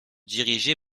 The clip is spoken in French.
dirigée